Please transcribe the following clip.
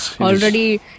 already